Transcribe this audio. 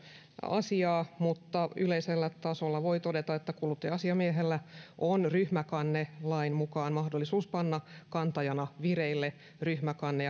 asiaa mutta yleisellä tasolla voin todeta että kuluttaja asiamiehellä on ryhmäkannelain mukaan mahdollisuus panna kantajana vireille ryhmäkanne